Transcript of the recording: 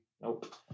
nope